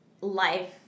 life